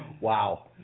wow